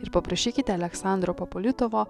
ir paprašykite aleksandro popolitovo